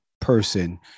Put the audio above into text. person